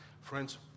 Friends